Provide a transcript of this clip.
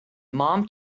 mom